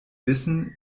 wissen